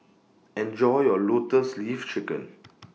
Enjoy your Lotus Leaf Chicken